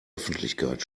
öffentlichkeit